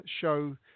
show